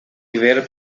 ver